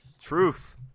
Truth